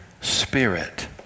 spirit